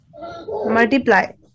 multiply